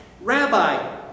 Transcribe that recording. Rabbi